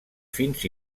fins